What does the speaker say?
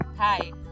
Hi